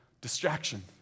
Distraction